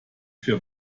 für